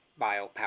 biopower